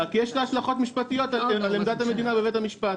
כי יש לה השלכות משפטיות על עמדת המדינה בבית המשפט.